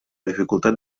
dificultat